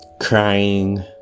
crying